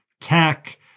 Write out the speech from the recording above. Tech